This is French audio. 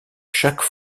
chaque